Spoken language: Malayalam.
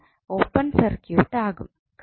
അത് ഓപ്പൺ സർക്യൂട്ട് ആകും